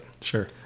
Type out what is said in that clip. Sure